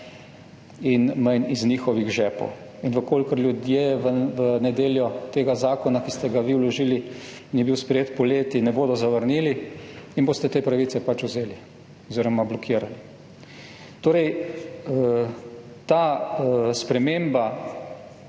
in manj iz njihovih žepov. Če ljudje v nedeljo tega zakona, ki ste ga vi vložili in je bil sprejet poleti, ne bodo zavrnili, jim boste te pravice pač vzeli oziroma blokirali. Ta sprememba